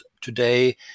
today